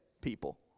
people